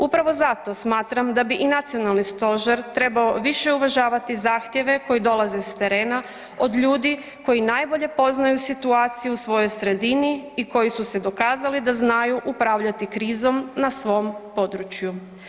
Upravo zato smatram da bi i nacionalni stožer trebao više uvažavati zahtjeve koji dolaze s terena od ljudi koji najbolje poznaju situaciju u svojoj sredini i koji su se dokazali da znaju upravljati krizom na svom području.